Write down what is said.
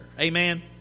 Amen